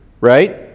right